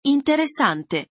Interessante